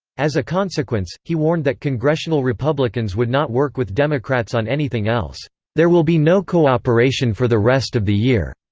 as a consequence, he warned that congressional republicans would not work with democrats on anything else there will be no cooperation for the rest of the year.